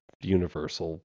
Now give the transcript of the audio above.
universal